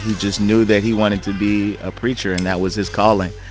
just knew that he wanted to be a preacher and that was his calling.